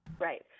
Right